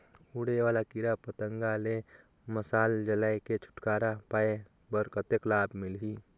उड़े वाला कीरा पतंगा ले मशाल जलाय के छुटकारा पाय बर कतेक लाभ मिलही?